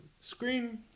screen